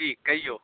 जी कहियौ